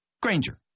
Granger